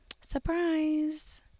surprise